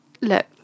look